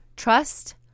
Trust